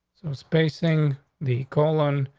so spacing the colon,